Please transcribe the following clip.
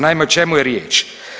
Naime, o čemu je riječ?